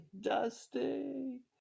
Dusty